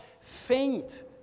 faint